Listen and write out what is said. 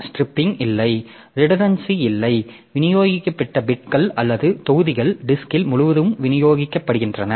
redundancy இல்லை விநியோகிக்கப்பட்ட பிட்கள் அல்லது தொகுதிகள் டிஸ்க் முழுவதும் விநியோகிக்கப்படுகின்றன